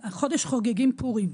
"החודש חוגגים פורים.